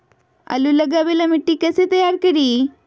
आलु लगावे ला मिट्टी कैसे तैयार करी?